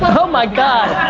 but oh my god,